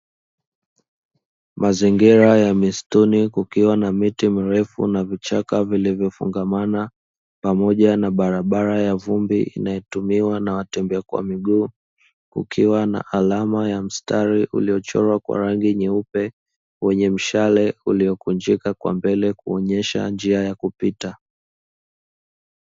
Mazingira ya mistuni kukiwa na miti mirefu na vichaka vilivyofungamana pamoja na barabara ya vumbi inayotumiwa na watembea kwa miguu, kukiwa na alama ya mstari uliochorwa kwa rangi nyeupe wenye mshale uliokunjika kwa mbele kuonesha njia ya kupita.